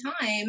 time